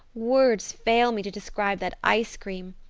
words fail me to describe that ice cream.